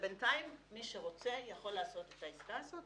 ובינתיים מי שרוצה יכול לעשות את העסקה הזאת